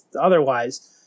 otherwise